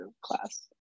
class